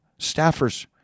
staffers